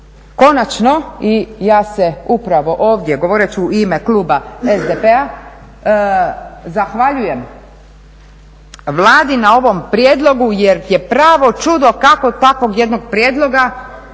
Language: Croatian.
konačno i ja se upravo ovdje govoreći u ime kluba SDP-a zahvaljujem Vladi na ovom prijedlogu jer je pravo čudo kako takvog jednog prijedloga,